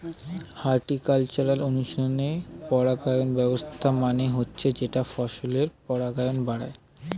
horticultural অনুশীলনে পরাগায়ন ব্যবস্থা মানে হচ্ছে যেটা ফসলের পরাগায়ন বাড়ায়